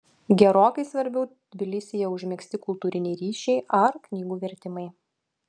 gerokai svarbiau tbilisyje užmegzti kultūriniai ryšiai ar knygų vertimai